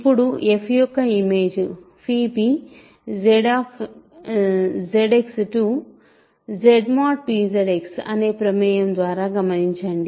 ఇప్పుడు f యొక్క image p ZX ZpZ X అనే ప్రమేయము ద్వారా గమనించండి